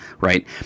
right